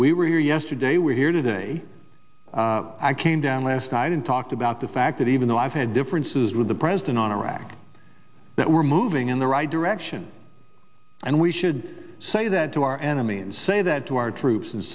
we were here yesterday we're here today i came down last night and talked about the fact that even though i've had differences with the president on iraq that we're moving in the right direction and we should say that to our enemy and say that to our troops and